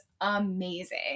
amazing